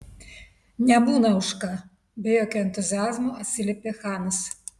nebūna už ką be jokio entuziazmo atsiliepė chanas